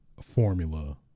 formula